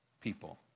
people